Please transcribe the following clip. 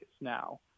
now